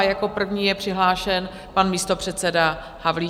Jako první je přihlášen pan místopředseda Havlíček.